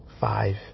five